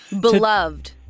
Beloved